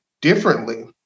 differently